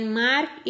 mark